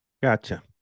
Gotcha